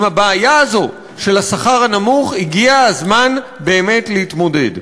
עם הבעיה הזאת של השכר הנמוך הגיע הזמן באמת להתמודד.